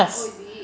oh is it